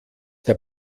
der